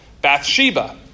Bathsheba